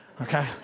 Okay